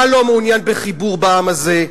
אתה לא מעוניין בחיבור בעם הזה.